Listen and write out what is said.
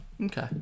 Okay